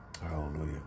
Hallelujah